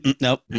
Nope